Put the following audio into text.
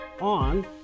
on